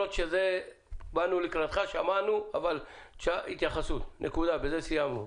באנו לקראתך ושמענו אבל בזה סיימנו.